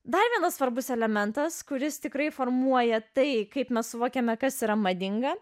dar vienas svarbus elementas kuris tikrai formuoja tai kaip mes suvokiame kas yra madinga